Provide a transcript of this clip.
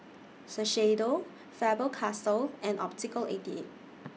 Shiseido Faber Castell and Optical eighty eight